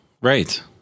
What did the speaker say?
Right